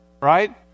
right